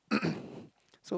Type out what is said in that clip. so